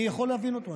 אני יכול להבין אותו.